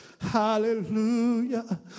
Hallelujah